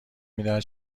میدهد